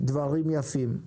דברים יפים.